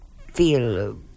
feel